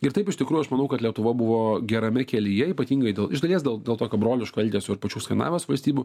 ir taip iš tikrųjų aš manau kad lietuva buvo gerame kelyje ypatingai dėl iš dalies dėl dėl tokio broliško elgesio ir pačių skandinavijos valstybių